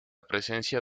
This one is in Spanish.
presencia